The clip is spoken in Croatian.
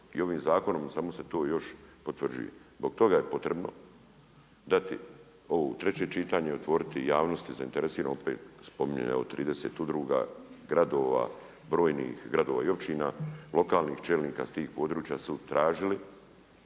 i ovim zakonom samo se to još potvrđuje. Zbog toga je potrebno dati ovo u treće čitanje, otvoriti javnosti zainteresiranoj, opet spominjem evo 30 udruga, gradova, brojnih gradova i općina, lokalnih čelnika s tih područja su tražili